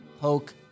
poke